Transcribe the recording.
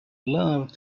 love